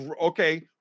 Okay